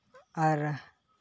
ᱟᱨ